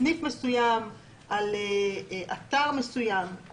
סניף מסוים, על אתר מסוים.